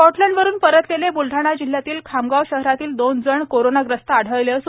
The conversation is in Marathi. स्कॉटलँन्डवरून परतलेले ब्लढाणा जिल्ह्यातील खामगाव शहरातील दोन जण कोरोनाग्रस्त आढळले आहेत